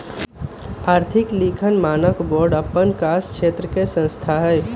आर्थिक लिखल मानक बोर्ड अप्पन कास क्षेत्र के संस्था हइ